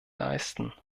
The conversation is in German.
leisten